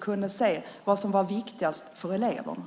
kunde se vad som var viktigast för eleverna.